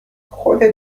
خودت